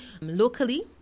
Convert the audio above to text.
locally